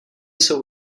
jsou